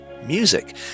music